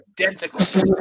identical